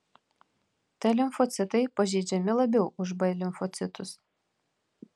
t limfocitai pažeidžiami labiau už b limfocitus